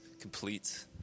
complete